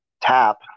tap